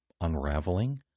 unraveling